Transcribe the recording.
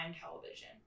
television